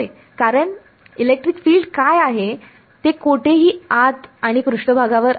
होय कारण electric field काय आहे ते कोठेही आत आणि पृष्ठभागावर आहे